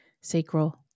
sacral